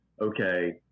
okay